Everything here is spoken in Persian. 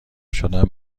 شدن